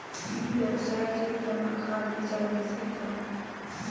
ई व्यवसाय केंद्र मां खाद बीजा मिलथे कौन?